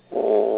oh